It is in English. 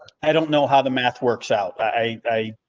i don't know how the math works out. i, i.